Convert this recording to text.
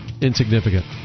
insignificant